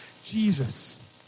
jesus